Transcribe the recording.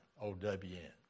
O-W-N